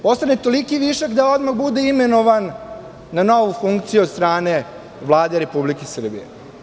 Postane toliki višak, da odmah bude imenovan na novu funkciju od strane Vlade Republike Srbije.